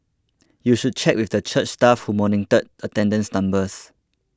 you should check with the church staff who monitored attendance numbers